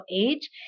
Age